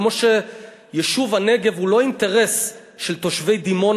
כמו שיישוב הנגב הוא לא אינטרס של תושבי דימונה